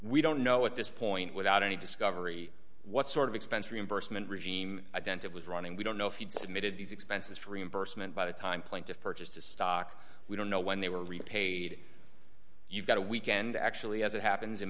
we don't know at this point without any discovery what sort of expense reimbursement regime ident it was running we don't know if he'd submitted these expenses for reimbursement by the time plaintiff purchased the stock we don't know when they were repaid you've got a weekend actually as it happens in